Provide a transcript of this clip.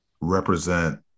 represent